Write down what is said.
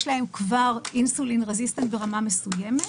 להן כבר Insulin resistance ברמה מסוימת,